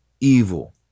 evil